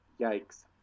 yikes